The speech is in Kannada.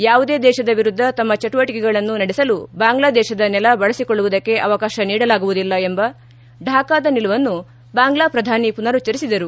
ಯಾವುದೇ ದೇಶದ ವಿರುದ್ದ ತಮ್ನ ಚಟುವಟಿಕೆಗಳನ್ನು ನಡೆಸಲು ಬಾಂಗ್ಲಾದೇಶದ ನೆಲ ಬಳಸಿಕೊಳ್ಳುವುದಕ್ಕೆ ಅವಕಾಶ ನೀಡಲಾಗುವುದಿಲ್ಲ ಎಂಬ ಢಾಕಾದ ನಿಲುವನ್ನು ಬಾಂಗ್ಲಾ ಪ್ರಧಾನಿ ಪುನರುಚ್ಚರಿಸಿದರು